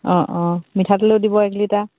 অঁ অঁ মিঠাতেলো দিব এক লিটাৰ